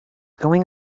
going